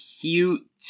cute